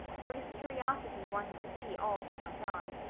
for his curiosity wanted to see all that went on.